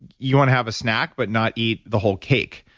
you want to have a snack but not eat the whole cake.